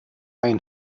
ein